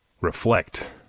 Reflect